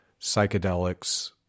psychedelics